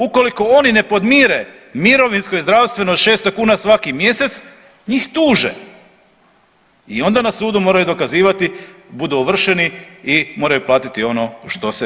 Ukoliko oni ne podmire, mirovinsko i zdravstveno 600 kuna svaki mjesec njih tuže i onda na sudu moraju dokazivati, budu ovršeni i moraju platiti ono što se